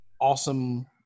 awesome